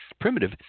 primitive